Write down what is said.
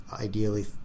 ideally